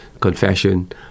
confession